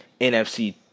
NFC